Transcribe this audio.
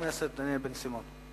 חבר הכנסת דניאל בן-סימון.